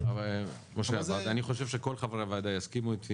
אני חושב שכל חברי הוועדה יסכימו איתי